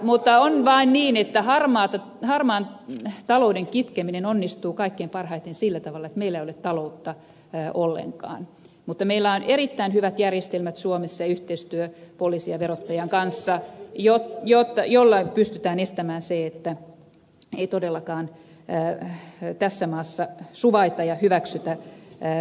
mutta on vain niin että harmaan talouden kitkeminen onnistuu kaikkein parhaiten sillä tavalla että meillä ei ole taloutta ollenkaan mutta meillä on erittäin hyvät järjestelmät suomessa ja yhteistyö poliisin ja verottajan kanssa jolla pystytään estämään se että ei todellakaan tässä maassa suvaita ja hyväksytä veroparatiiseja